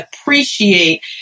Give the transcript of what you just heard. appreciate